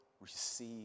receive